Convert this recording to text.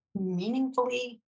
meaningfully